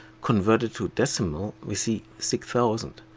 converted to decimal we see six thousand.